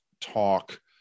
talk